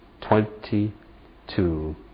Twenty-two